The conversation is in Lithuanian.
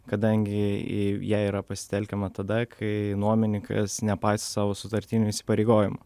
kadangi į ją yra pasitelkiama tada kai nuomininkas nepaiso savo sutartinių įsipareigojimų